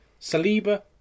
Saliba